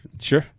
Sure